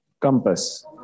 compass